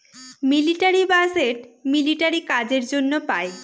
military budget military কাজের জন্য পাই